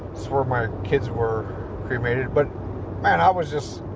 that's where my kids were cremated. but man, i was just